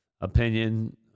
opinion